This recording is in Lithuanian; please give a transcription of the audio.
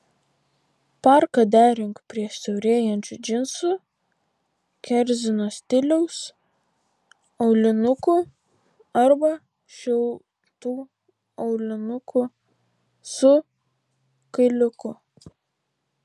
parką derink prie siaurėjančių džinsų kerzinio stiliaus aulinukų arba šiltų aulinukų su kailiuku